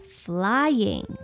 flying